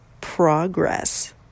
progress